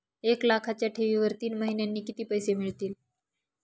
एक लाखाच्या ठेवीवर तीन महिन्यांनी किती पैसे मिळतील?